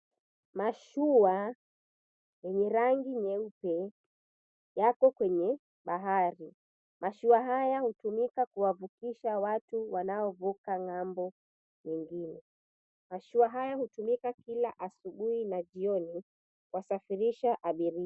Mashua yenye rangi nyeupe, yapo kwenye bahari. Mashua haya hutumika kuwavukisha watu wanaovuka ng'ambo ingine. Mashua haya hutumika kila asubuhi na jioni kuwasafirisha abiria.